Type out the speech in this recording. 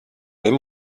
dem